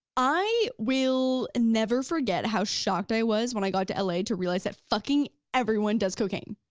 i will never forget how shocked i was when i got to la to realize that fucking everyone does cocaine.